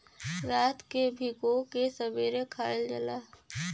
रात के भिगो के सबेरे खायल जाला